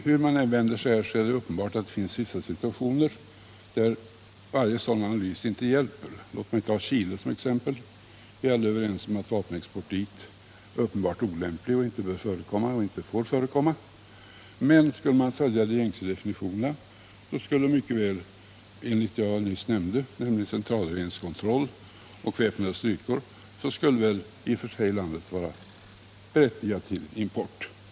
Hur man än vänder sig är det uppenbart att det finns vissa situationer där en sådan analys inte hjälper. Låt mig ta Chile som exempel. Vi är alla överens om att vapenexport dit är uppenbart olämplig och inte får förekomma. Men skulle man följa gängse definitioner om centralregeringens kontroll och de väpnade styrkornas storlek, skulle landet i och för sig vara berättigat till import.